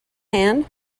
hand